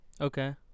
Okay